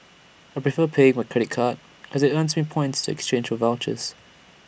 I prefer paying by credit card as IT earns me points to exchange for vouchers